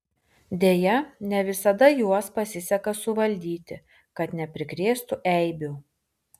deja ne visada juos pasiseka suvaldyti kad neprikrėstų eibių